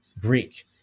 Greek